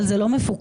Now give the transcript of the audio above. אבל זה לא מפוקח?